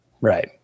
Right